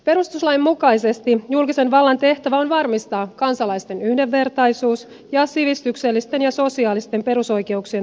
perustuslain mukaisesti julkisen vallan tehtävä on varmistaa kansalaisten yhdenvertaisuus ja sivistyksellisten ja sosiaalisten perusoikeuksien toteutuminen